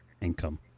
income